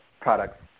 products